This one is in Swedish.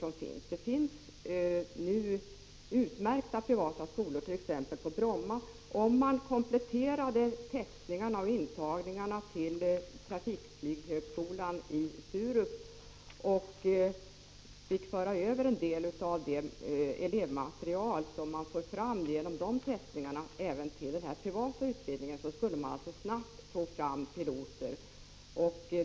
Det finns utmärkta sådana, exempelvis på Bromma. Om man kompletterade testerna för intagning till trafikflyghögskolan vid Sturup och fick föra över en del av elevmaterialet från dessa tester till privat utbildning, då skulle man snabbt få fram piloter.